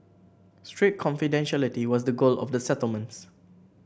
strict confidentiality was the goal of the settlements